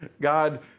God